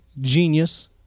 genius